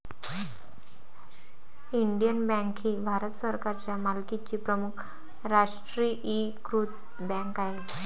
Indian bank ही भारत सरकारच्या मालकीची प्रमुख राष्ट्रीयीकृत बँक आहे